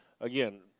Again